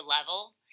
level